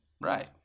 Right